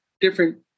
different